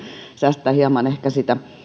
säästää hieman ehkä